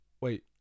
wait